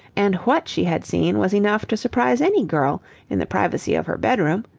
and what she had seen was enough to surprise any girl in the privacy of her bedroom.